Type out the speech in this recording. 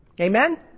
Amen